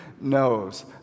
knows